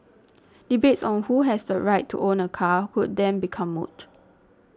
debates on who has the right to own a car could then become moot